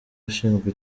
ushinzwe